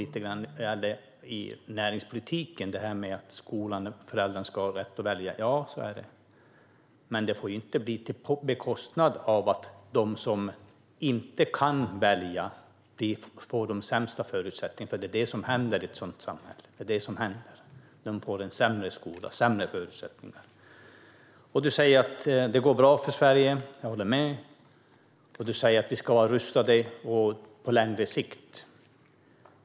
Även om det inte ingår i näringspolitiken talade du om skolan och att föräldrar ska ha rätt att välja. Ja, så är det, men det får inte bli på bekostnad av att de som inte kan välja får de sämsta förutsättningarna, för det är vad som händer i ett sådant samhälle. De får en sämre skola och sämre förutsättningar. Du sa att det går bra för Sverige - jag håller med - och att vi ska vara rustade på längre sikt.